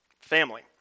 family